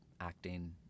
acting